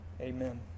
Amen